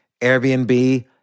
airbnb